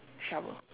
shovel